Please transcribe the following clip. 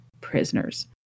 prisoners